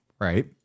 right